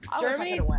Germany